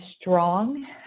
strong